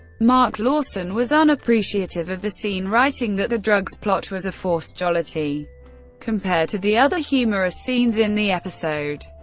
mark lawson was unappreciative of the scene, writing that the drugs plot was a forced jollity compared to the other humorous scenes in the episode.